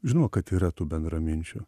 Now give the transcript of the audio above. žinoma kad yra tų bendraminčių